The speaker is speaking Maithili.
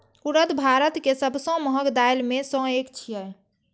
उड़द भारत के सबसं महग दालि मे सं एक छियै